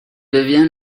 devient